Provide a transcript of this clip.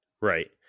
Right